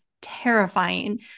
terrifying